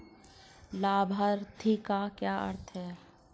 लाभार्थी का क्या अर्थ है?